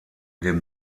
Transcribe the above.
dem